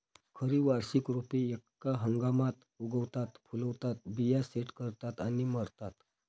खरी वार्षिक रोपे एका हंगामात उगवतात, फुलतात, बिया सेट करतात आणि मरतात